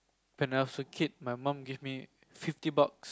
when I was a kid my mum gave me fifty bucks